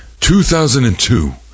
2002